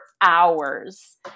hours